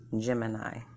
Gemini